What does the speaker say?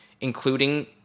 including